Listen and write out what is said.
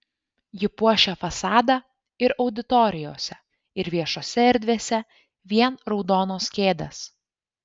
ji puošia fasadą ir auditorijose ir viešosiose erdvėse vien raudonos kėdės